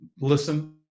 listen